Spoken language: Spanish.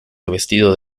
revestido